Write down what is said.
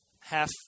half